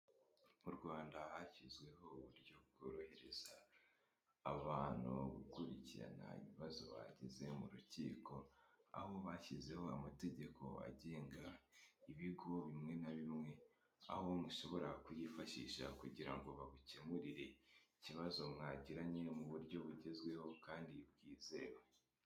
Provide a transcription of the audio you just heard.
Mu Rwanda hashyizweho uburyo bworohereza abantu gukurikirana ibibazo bagize mu rukiko, aho bashyizeho amategeko agenga ibigo bimwe na bimwe aho mushobora kuyifashisha kugira ngo bagukemurire ikibazo mwagiranye mu buryo bugezweho kandi bwizewe.